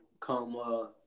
come